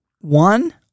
One